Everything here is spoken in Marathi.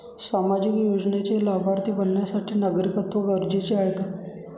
सामाजिक योजनेचे लाभार्थी बनण्यासाठी नागरिकत्व गरजेचे आहे का?